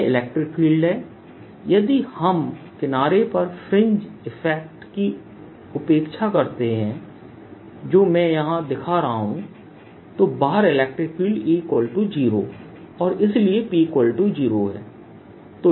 यह E है यदि हम किनारे पर फ्रिंज इफेक्ट की उपेक्षा करते हैं जो मैं यहां दिखा रहा हूं तो बाहर इलेक्ट्रिक फील्ड E0 और इसलिएP0 है